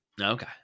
Okay